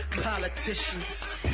politicians